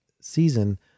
season